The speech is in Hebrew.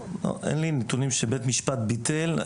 אין לי נתונים שבית משפט ביטל.